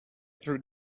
through